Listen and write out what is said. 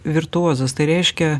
virtuozas tai reiškia